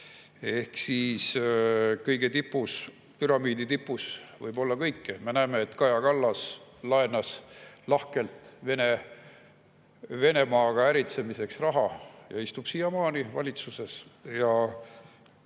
Ehk siis kõige tipus, püramiidi tipus võib olla kõike. Me näeme, et Kaja Kallas laenas lahkelt Venemaaga äritsemiseks raha ja istub siiamaani valitsuses.